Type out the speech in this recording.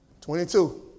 22